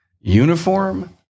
Uniform